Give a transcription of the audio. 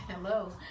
Hello